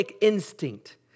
instinct